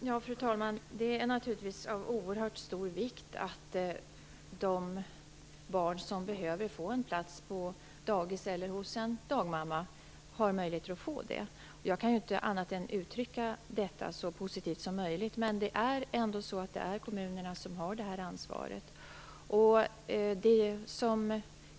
Fru talman! Det är naturligtvis av oerhört stor vikt att de barn som behöver få en plats på dagis eller hos en dagmamma har möjligheter att få det. Jag kan ju inte annat än uttrycka detta så positivt som möjligt, men det är ändå kommunerna som har det här ansvaret.